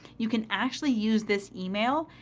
you can actually use this email.